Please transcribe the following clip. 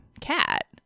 cat